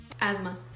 Asthma